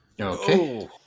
Okay